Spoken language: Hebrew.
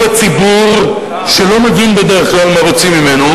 הציבור שלא מבין בדרך כלל מה רוצים ממנו,